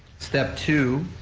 step two,